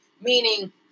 Meaning